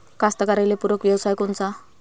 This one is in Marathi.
कास्तकाराइले पूरक व्यवसाय कोनचा?